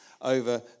over